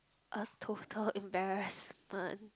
a total embarrassment